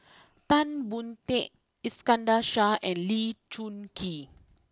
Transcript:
Tan Boon Teik Iskandar Shah and Lee Choon Kee